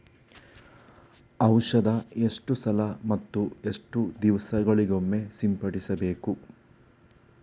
ಔಷಧ ಎಷ್ಟು ಸಲ ಮತ್ತು ಎಷ್ಟು ದಿವಸಗಳಿಗೊಮ್ಮೆ ಸಿಂಪಡಿಸಬೇಕು?